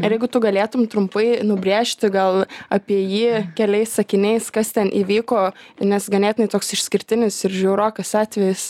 ir jeigu tu galėtum trumpai nubrėžti gal apie jį keliais sakiniais kas ten įvyko nes ganėtinai toks išskirtinis ir žiaurokas atvejis